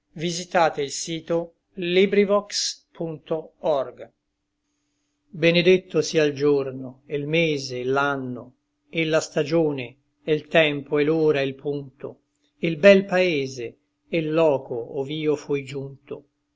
verde benedetto sia l giorno et l mese et l'anno et la stagione e l tempo et l'ora e l punto e l bel paese e l loco ov'io fui giunto